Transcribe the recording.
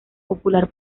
popular